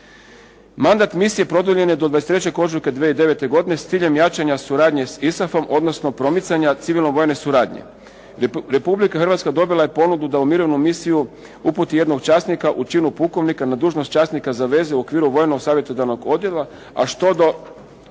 Mandat misije produljen je do 23. ožujka 2009. godine sa ciljem jačanja suradnje sa ISAF-om odnosno promicija civilno vojne suradnje. Republika Hrvatska dobila je ponudu da u mirovnu misiju uputi jednog časnika u činu pukovnika na dužnost časnika za veze u okviru vojno savjetodavnog odjela a što do